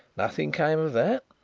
nothing came of that.